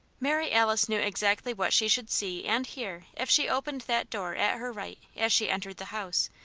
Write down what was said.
mary alice knew exactly what she should see and hear if she opened that door at her right as she entered the house,